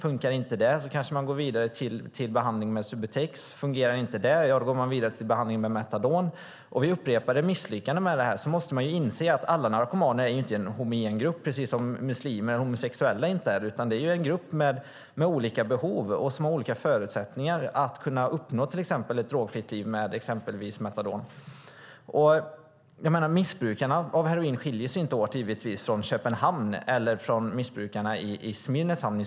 Funkar inte det kanske man går vidare till behandling med Subutex. Fungerar inte det går man vidare till behandling med metadon. Vid upprepade misslyckanden med detta måste man inse att narkomaner inte är en homogen grupp, precis som muslimer eller homosexuella inte är det. Det är en grupp med olika behov och olika förutsättningar att kunna uppnå ett drogfritt liv med exempelvis metadon. Missbrukarna av heroin skiljer sig givetvis inte åt mellan Köpenhamn och Simrishamn.